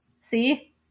See